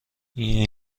این